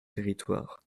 territoires